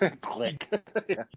click